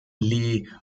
lee